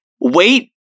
wait